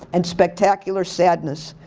and spectacular sadness.